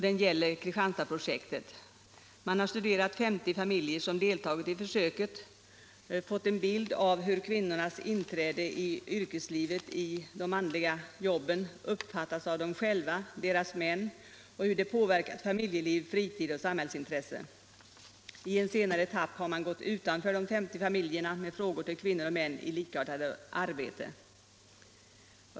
Den gäller Kristianstadsprojektet. Man har studerat 50 familjer som deltagit i försöket och fått en bild av hur kvinnornas inträde i yrkeslivet i de manliga arbetena uppfattas av dem själva, deras män och hur det påverkat familjeliv, fritid och samhällsintresse. I en senare etapp har man gått utanför de 50 familjerna med frågor till kvinnor och män med likartat arbete.